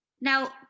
Now